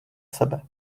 sebe